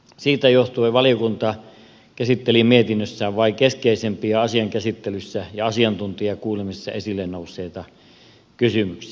siitä johtuen valiokunta käsitteli mietinnössään vain keskeisimpiä asian käsittelyssä ja asiantuntijakuulemisessa esille nousseita kysymyksiä